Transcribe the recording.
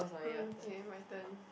um yay my turn